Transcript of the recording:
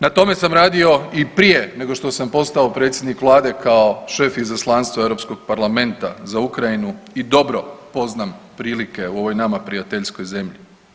Na tome sam radio i prije nego što sam postao predsjednik Vlade kao šef izaslanstva Europskog parlamenta za Ukrajinu i dobro poznam prilike u ovoj nama prijateljskoj zemlji.